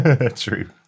true